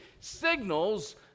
signals